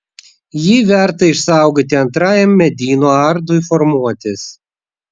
jį verta išsaugoti antrajam medyno ardui formuotis